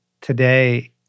today